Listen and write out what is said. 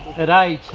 that i